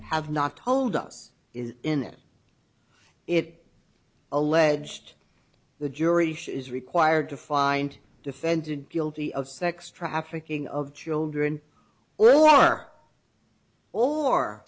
have not told us is in it alleged the jury is required to find defendant guilty of sex trafficking of children or are